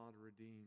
redeemed